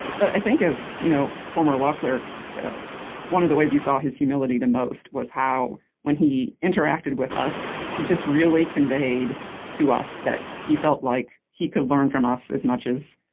but i think as you know former law clerk one of the ways you saw his humility the most was how when he interacted with us he just really conveyed to us that he felt like he could learn from us as much as